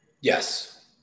Yes